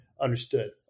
Understood